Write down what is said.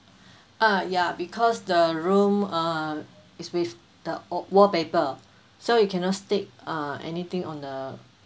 uh ya because the room uh is with the o~ wallpaper so you cannot stick anything on the